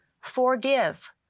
Forgive